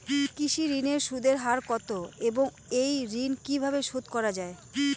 কৃষি ঋণের সুদের হার কত এবং এই ঋণ কীভাবে শোধ করা য়ায়?